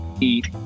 eat